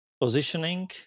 positioning